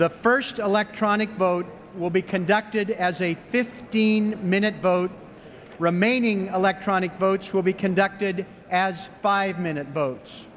the first electronic vote will be conducted as a fifteen minute vote remaining electronic votes will be conducted as a five minute